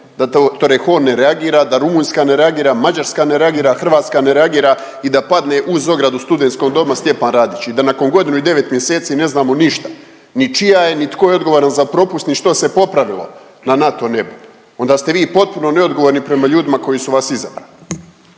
da Torrejon ne reagira, da Rumunjska ne reagira, Mađarska ne reagira, Hrvatska ne reagira i da padne uz ogradu studentskog doma Stjepan Radić i da nakon godinu i 9 mjeseci ne znamo ništa, ni čija je, ni tko je odgovoran za propust ni što se popravilo na NATO nebu. Onda ste vi potpuno neodgovorni prema ljudima koji su vas izabrali.